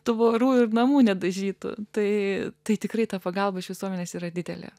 tvorų ir namų nedažyti tai tai tikrai ta pagalba iš visuomenės yra didelė